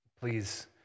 Please